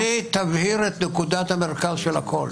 השאלה שלי תבהיר את נקודת המרכז של הכול.